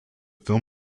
film